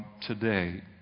today